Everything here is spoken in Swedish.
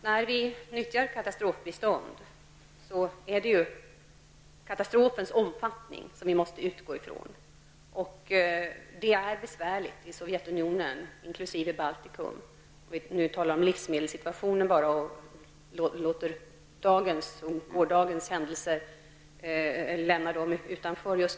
Herr talman! När vi lämnar katastrofbistånd utgår vi ifrån katastrofens omfattning. Läget i Sovjetunionen, inkl. Baltikum, är besvärligt -- jag avser då livsmedelssituationen och lämnar dagens och gårdagens händelser utanför.